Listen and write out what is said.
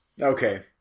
Okay